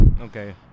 okay